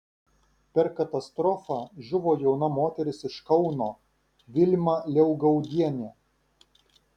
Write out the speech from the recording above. per katastrofą žuvo jauna moteris iš kauno vilma liaugaudienė